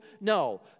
No